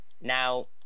Now